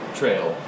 trail